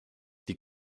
die